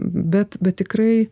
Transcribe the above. bet bet tikrai